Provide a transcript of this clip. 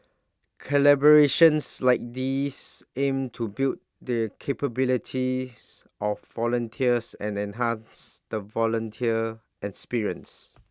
collaborations like these aim to build the capabilities of the volunteers and enhance the volunteer experience